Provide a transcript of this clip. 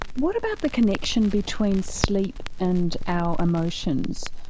what about the connection between sleep and our emotions,